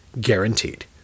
Guaranteed